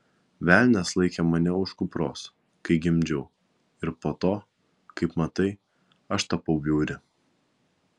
velnias laikė mane už kupros kai gimdžiau ir po to kaip matai aš tapau bjauri